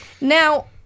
Now